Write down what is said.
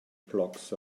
blocks